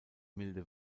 milde